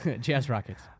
Jazz-Rockets